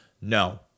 No